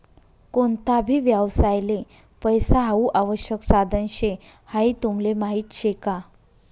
कोणता भी व्यवसायले पैसा हाऊ आवश्यक साधन शे हाई तुमले माहीत शे का?